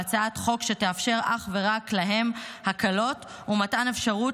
בהצעת חוק שתאפשר אך ורק להם הקלות ומתן אפשרות,